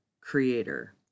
creator